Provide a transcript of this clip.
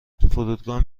فرودگاه